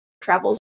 travels